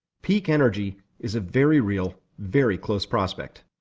peak energy is a very real, very close prospect.